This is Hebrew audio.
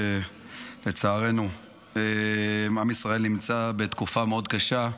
שלצערנו מאז עם ישראל נמצא בתקופה מאוד קשה,